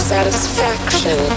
Satisfaction